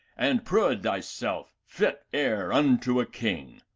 and proud thy self fit heir unto a king.